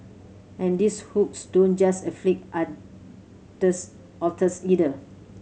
and these hooks don't just afflict otters either